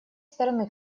стороны